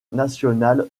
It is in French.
national